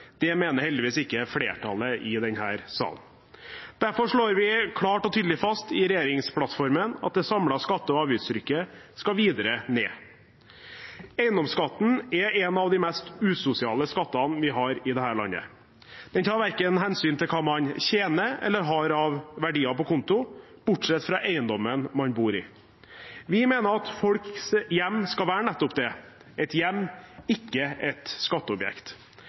Det mener heldigvis ikke flertallet i denne salen. Derfor slår vi klart og tydelig fast i regjeringsplattformen at det samlede skatte- og avgiftstrykket skal videre ned. Eiendomsskatten er en av de mest usosiale skattene vi har i dette landet. Den tar hensyn til verken hva man tjener eller hva man har av verdier på konto, bortsett fra eiendommen man bor i. Vi mener at folks hjem skal være nettopp det – et hjem, ikke et skatteobjekt.